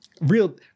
real